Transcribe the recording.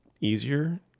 easier